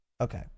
Okay